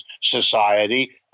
society